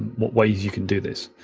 what ways you can do this.